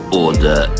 order